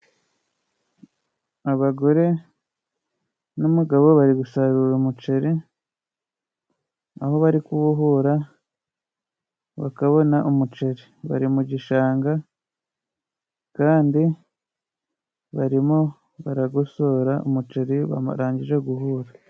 Abagore n'umugabo bari gusarura umuceri, aho bari kuwuhura bakabona umuceri bari mu gishanga kandi barimo baragosora umuceri barangije guhura.